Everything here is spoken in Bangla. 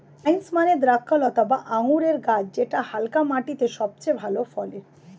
ভাইন্স মানে দ্রক্ষলতা বা আঙুরের গাছ যেটা হালকা মাটিতে সবচেয়ে ভালো ফলে